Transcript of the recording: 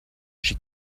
she